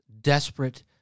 desperate